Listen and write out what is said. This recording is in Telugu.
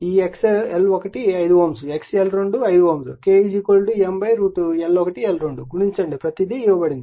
కాబట్టి ఈ X L1 5 Ω X L2 5 Ω K M L1L2 గణించండి ప్రతీది ఇవ్వబడుతుంది